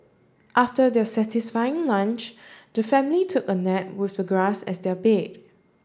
after their satisfying lunch the family took a nap with the grass as their bed